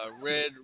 Red